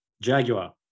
Jaguar